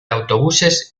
autobuses